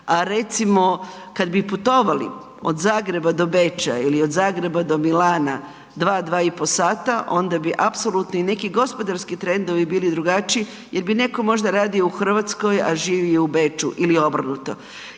a recimo, kad bi putovali od Zagreba do Beča ili od Zagreba do Milana, 2, 2 i poli sata, onda bi apsolutni i neki gospodarski trendovi bili drugačiji jer bi netko možda radio u Hrvatskoj, a živio u Beču ili obrnuto.